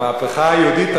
המהפכה היהודית,